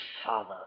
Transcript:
Father